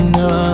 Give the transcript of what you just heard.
no